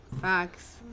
Facts